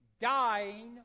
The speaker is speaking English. dying